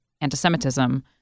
anti-Semitism